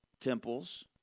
Temples